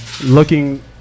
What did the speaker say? looking